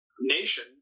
nation